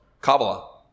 Kabbalah